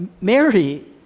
Mary